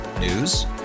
News